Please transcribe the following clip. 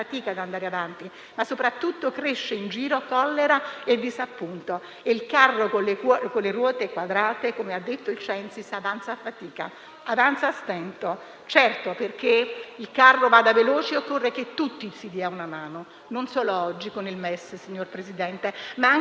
fatica, a stento. Certo, perché il carro vada veloce occorre che tutti si dia una mano, non solo oggi con il MES, signor Presidente, ma anche con il *recovery fund*. Il Parlamento recuperi perciò la sua centralità, mortificata da questa filiera istituzionale sfilacciata.